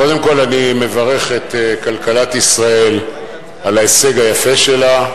קודם כול אני מברך את כלכלת ישראל על ההישג היפה שלה.